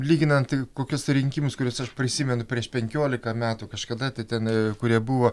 lyginant kokius tai rinkimus kuriuos aš prisimenu prieš penkiolika metų kažkada tai tenai kurie buvo